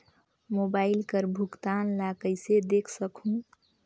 Mobile कर भुगतान ला कइसे देख सकहुं?